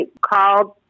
called